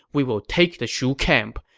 we will take the shu camp.